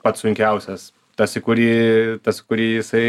pats sunkiausias tas į kurį tas kurį jisai